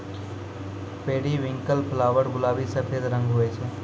periwinkle flower गुलाबी सफेद रंग के हुवै छै